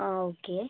ആ ഓക്കെ